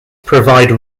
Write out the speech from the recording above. provide